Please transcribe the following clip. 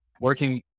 Working